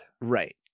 right